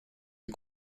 est